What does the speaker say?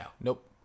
Nope